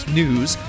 news